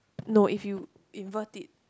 no if you invert it